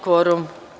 kvorum.